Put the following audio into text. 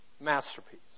masterpiece